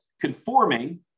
conforming